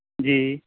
ਜੀ